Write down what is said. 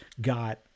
got